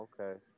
Okay